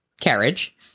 carriage